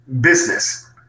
business